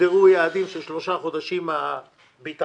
הוגדרו יעדים של שלושה חודשים לביטחון